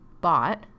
bought